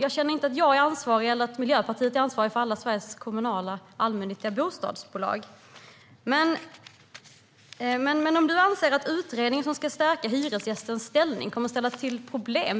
Jag känner inte att jag eller Miljöpartiet är ansvariga för Sveriges alla kommunala allmännyttiga bostadsbolag. Du anser att utredningen som ska stärka hyresgästens ställning kommer att ställa till problem.